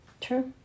True